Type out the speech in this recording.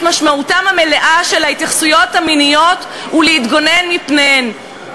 משמעותן המלאה של ההתייחסויות המיניות ולהתגונן מפניהן.